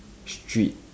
street